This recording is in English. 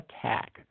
attack